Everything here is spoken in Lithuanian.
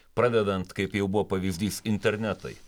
pradedant kaip jau buvo pavyzdys internetai